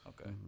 Okay